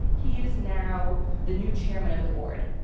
he is now the new chairman of the board.